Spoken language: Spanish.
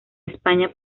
españa